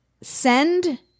send